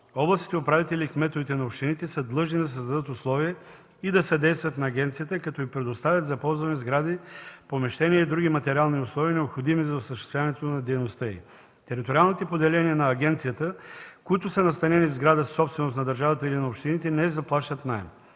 Областните управители и кметовете на общините са длъжни да създадат условия и да съдействат на агенцията като им предоставят за ползване сгради, помещения и други материални условия, необходими за осъществяването на дейността им. Териториалните поделения на агенцията, които са настанени в сграда – собственост на държавата или на общините, не заплащат наем.